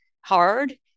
hard